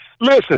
Listen